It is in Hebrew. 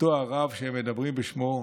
אותו רב שהם מדברים בשמו,